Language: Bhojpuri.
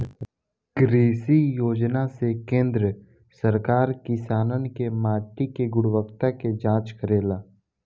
कृषि योजना से केंद्र सरकार किसानन के माटी के गुणवत्ता के जाँच करेला